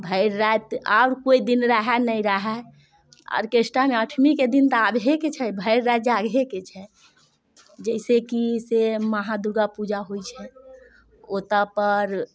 भरि राति आओर कोइ दिन रहै नहि रहै आरकेष्ट्रामे अठवींके दिन तऽ आबहेके छै भरि राति जागहेके छै जैसेकि से महा दुर्गा पूजा होइ छै ओ तऽ पर